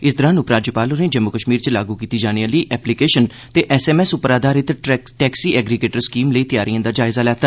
इस दौरान उपराज्यपाल होरें जम्मू कश्मीर च लागू कीती जाने आह्ली एप्लीकेशन ते एसएमएस पर आधारित टैक्सी एग्रीगेटर स्कीम लेई तैयारिएं दा जायजा लैता